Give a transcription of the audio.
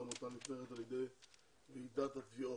העמותה נחקרת על ידי ועידת התביעות.